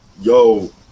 Yo